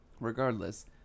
regardless